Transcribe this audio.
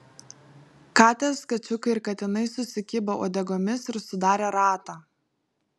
katės kačiukai ir katinai susikibo uodegomis ir sudarė ratą